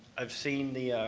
i've seen the